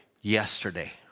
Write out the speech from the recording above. yesterday